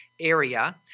area